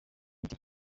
miti